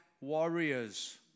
warriors